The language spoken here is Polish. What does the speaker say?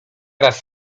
raz